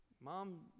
mom